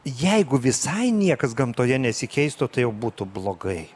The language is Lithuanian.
jeigu visai niekas gamtoje nesikeistų tai jau būtų blogai